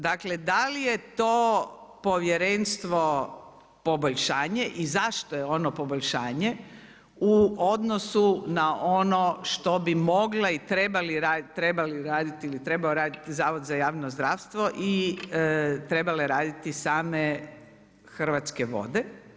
Dakle da li je to povjerenstvo poboljšanje i zašto je ono poboljšanje u odnosu na ono što bi mogla i trebali raditi ili trebao raditi Zavod za javno zdravstvo i trebale raditi same Hrvatske vode?